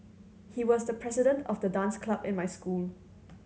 he was the president of the dance club in my school